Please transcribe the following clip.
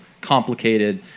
complicated